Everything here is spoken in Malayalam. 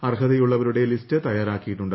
അർഹതയുള്ള വരുടെ ലിസ്റ്റ് തയ്യാറാക്കിയിട്ടുണ്ട്